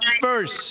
first